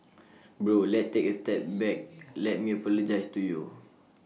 bro let's take A step back let me apologise to you